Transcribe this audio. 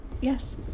Yes